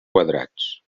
quadrats